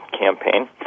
campaign